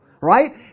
right